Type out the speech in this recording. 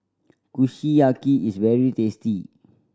kushiyaki is very tasty